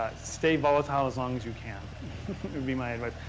ah stay volatile as long as you can would be my advice.